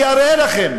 אני אראה לכם,